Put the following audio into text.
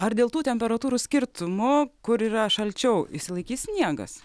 ar dėl tų temperatūrų skirtumo kur yra šalčiau išsilaikys sniegas